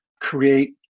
create